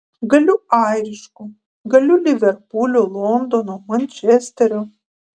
galiu airišku galiu liverpulio londono mančesterio